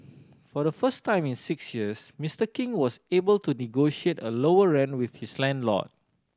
for the first time in six years Mister King was able to negotiate a lower rent with his landlord